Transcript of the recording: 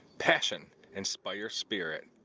passion inspires spirit!